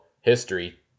history